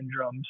syndromes